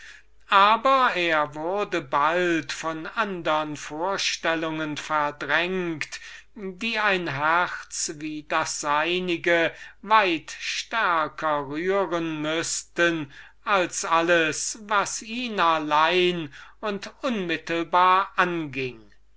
aber er wurde bald von andern vorstellungen verdrängt die sein gefühlvolles herz weit stärker rührten als alles was ihn allein und unmittelbar anging